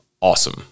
awesome